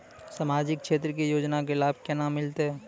समाजिक क्षेत्र के योजना के लाभ केना मिलतै?